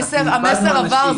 המסר עבר.